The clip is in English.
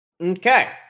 Okay